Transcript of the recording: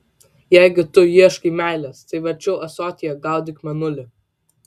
jeigu tu ieškai meilės tai verčiau ąsotyje gaudyk mėnulį